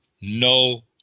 No